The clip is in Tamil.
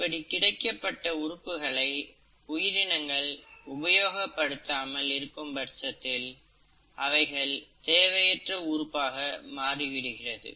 இப்படி கிடைக்கப்பட்ட உறுப்புகளை உயிரினங்கள் உபயோகப்படுத்தாமல் இருக்கும்பட்சத்தில் அவைகள் தேவையற்ற உறுப்பாக மாறிவிடுகிறது